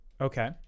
Okay